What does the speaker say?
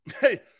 Hey